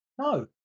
No